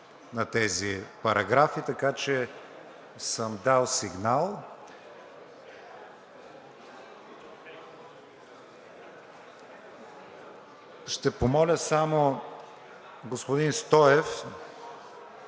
на тези параграфи, така че съм дал сигнал. Ще помоля само господин Стоев,